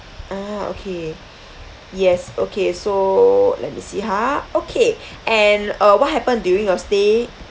ah okay yes okay so let me see ha okay and uh what happened during your stay